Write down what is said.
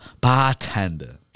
bartender